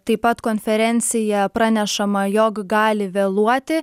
taip pat konferencija pranešama jog gali vėluoti